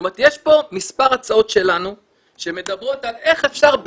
יש פה מספר הצעות שלנו שמדברות על איך אפשר,